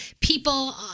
people